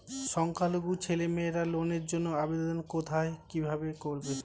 সংখ্যালঘু ছেলেমেয়েরা লোনের জন্য আবেদন কোথায় কিভাবে করবে?